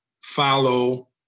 follow